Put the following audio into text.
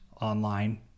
online